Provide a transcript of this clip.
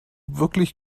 wirklich